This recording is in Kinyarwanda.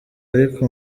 ariko